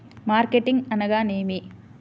Marketing అనగానేమి?